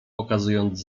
pokazując